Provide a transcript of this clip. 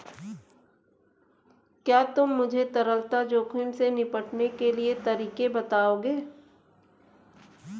क्या तुम मुझे तरलता जोखिम से निपटने के तरीके बताओगे?